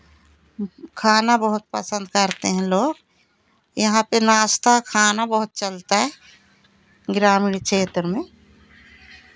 खाना बहुत पसंद करते हैं लोग यहाँ पे नाश्ता खाना बहुत चलता है ग्रामीण क्षेत्र में